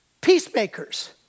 peacemakers